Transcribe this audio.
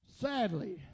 Sadly